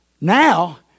Now